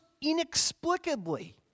inexplicably